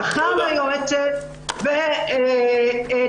שכר ליועצת ותקצוב.